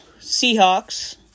Seahawks